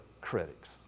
critics